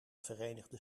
verenigde